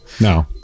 No